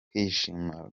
kwishima